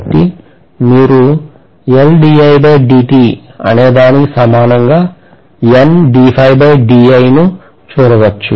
కాబట్టి మీరు అనేదానికి సమానంగా ను చూడవచ్చు